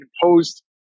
imposed